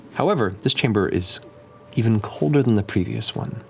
however, this chamber is even colder than the previous one,